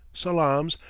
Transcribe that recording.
salaams,